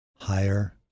Higher